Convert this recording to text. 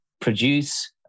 produce